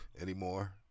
anymore